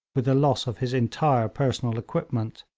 with the loss of his entire personal equipment.